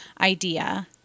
idea